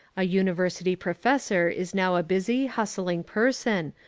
a university professor is now a busy, hustling person,